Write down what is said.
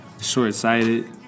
short-sighted